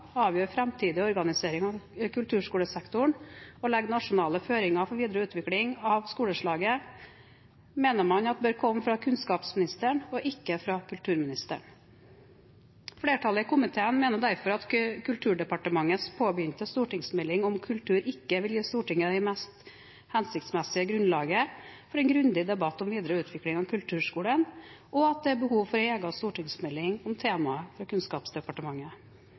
avgjøre framtidig organisering av kulturskolesektoren og legge nasjonale føringer for videre utvikling av skoleslaget mener man bør komme fra kunnskapsministeren og ikke fra kulturministeren. Flertallet i komiteen mener derfor at Kulturdepartementets påbegynte stortingsmelding om kultur ikke vil gi Stortinget det mest hensiktsmessige grunnlaget for en grundig debatt om videre utvikling av kulturskolen, og at det er behov for en egen stortingsmelding om temaet fra Kunnskapsdepartementet.